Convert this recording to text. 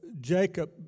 Jacob